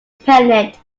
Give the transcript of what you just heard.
pennant